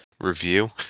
review